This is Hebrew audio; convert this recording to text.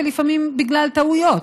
ולפעמים בגלל טעויות,